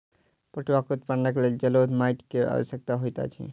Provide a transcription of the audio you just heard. पटुआक उत्पादनक लेल जलोढ़ माइट के आवश्यकता होइत अछि